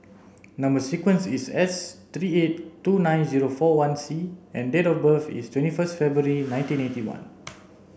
number sequence is S three eight two nine zero four one C and date of birth is twenty first February nineteen eighty one